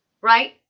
Right